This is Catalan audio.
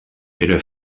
era